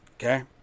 Okay